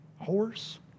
horse